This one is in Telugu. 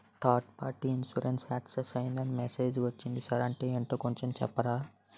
థర్డ్ పార్టీ ఇన్సురెన్సు ఎక్స్పైర్ అయ్యిందని మెసేజ్ ఒచ్చింది సార్ అంటే ఏంటో కొంచె చెప్తారా?